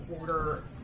order